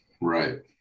Right